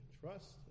Trust